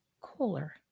cooler